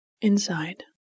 Inside